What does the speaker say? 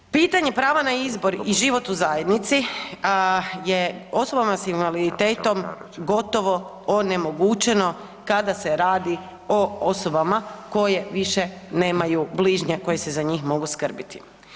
Pitanje prava na izbor i život u zajednici je osobama s invaliditetom gotovo onemogućeno kada se radi o osobama koje više nemaju bližnje koji se za njih mogu skrbiti.